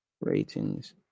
Ratings